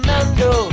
Mando